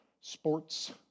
sports